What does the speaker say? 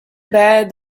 bed